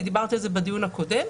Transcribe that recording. דיברתי על זה בדיון הקודם,